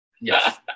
Yes